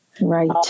Right